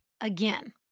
again